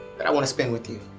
that i want to spend with you.